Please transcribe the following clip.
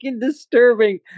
disturbing